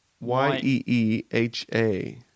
Y-E-E-H-A